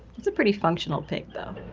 it's a pretty functional pig though.